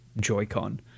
Joy-Con